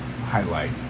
highlight